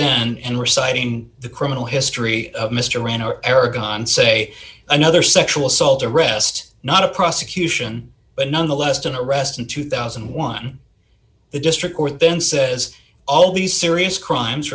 then and reciting the criminal history of mr rann or aragon say another sexual assault arrest not a prosecution but nonetheless don't arrest in two thousand and one the district court then says all these serious crimes